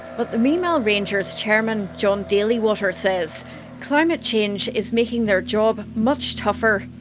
but the mimal rangers chairman, john dalywater, says climate change is making their job much tougher.